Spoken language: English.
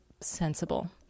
sensible